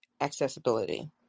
accessibility